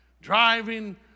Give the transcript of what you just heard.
driving